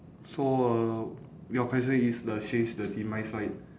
so uh your question is the change the demise right